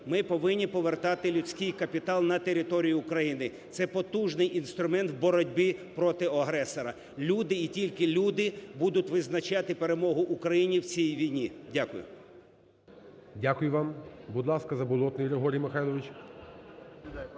Ми повинні повертати людський капітал на територію України. Це потужний інструмент в боротьбі проти агресора. Люди і тільки люди будуть визначати перемогу України в цій війні. Дякую. ГОЛОВУЮЧИЙ. Дякую вам. Будь ласка, Заболотний Григорій Михайлович.